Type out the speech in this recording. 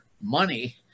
money